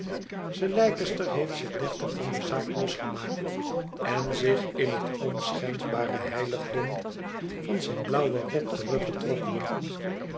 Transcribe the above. sir leicester heeft zich deftig van de zaak losgemaakt en zich in het onschendbare heiligdom van zijn blauwen rok teruggetrokken